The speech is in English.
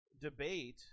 debate